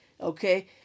okay